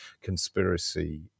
conspiracy